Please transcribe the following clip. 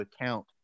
account